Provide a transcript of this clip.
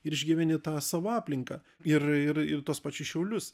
ir išgyveni tą savo aplinką ir ir ir tuos pačius šiaulius